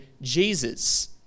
Jesus